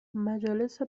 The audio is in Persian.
مجالس